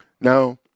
Now